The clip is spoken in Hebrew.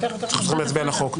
אנחנו צריכים להצביע על החוק.